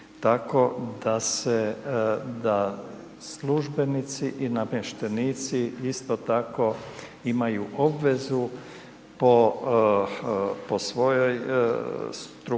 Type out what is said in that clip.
se, da službenici i namještenici isto tako imaju obvezu po svojom strukturi